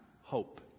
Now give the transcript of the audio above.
hope